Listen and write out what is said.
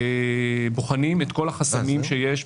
בוחנים את כל החסמים שיש.